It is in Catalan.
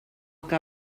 que